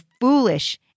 foolish